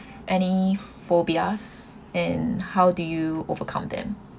any phobias and how do you overcome them